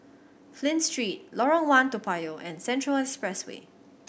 Flint Street Lorong One Toa Payoh and Central Expressway